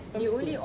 first school